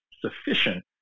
sufficient